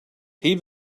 heave